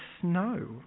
snow